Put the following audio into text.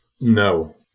No